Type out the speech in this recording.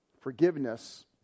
forgiveness